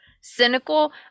cynical